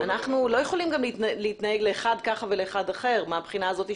אנו לא יכולים להתנהג לאחד כך ולאחד אחר מבחינתם